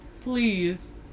please